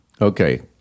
Okay